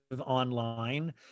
Online